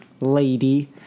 lady